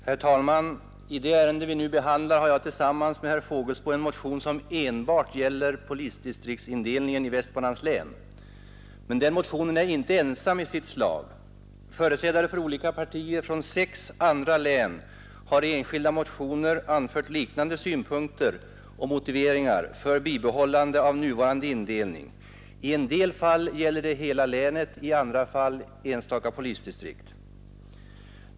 Herr talman! I det ärende vi nu behandlar har jag tillsammans med herr Fågelsbo väckt en motion, som enbart gäller polisdistriktsindelningen i Västmanlands län. Men den är inte ensam i sitt slag. Företrädare för olika partier från sex andra län har i enskilda motioner anfört liknande synpunkter och motiverat bibehållande av nuvarande indelning; i en del fall gäller det hela länet, i andra fall enstaka polisdistrikt.